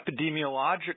epidemiologic